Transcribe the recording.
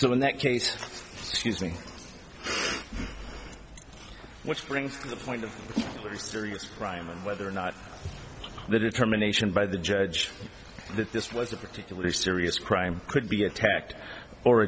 so in that case excuse me which brings the point of serious crime and whether or not the determination by the judge that this was a particularly serious crime could be attacked or